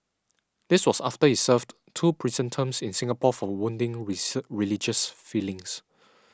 this was after he served two prison terms in Singapore for wounding religious feelings